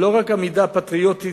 לא רק עמידה פטריוטית,